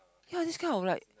ya this kind of like